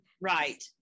Right